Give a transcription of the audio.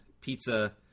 pizza